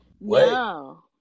no